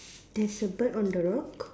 there's a bird on the rock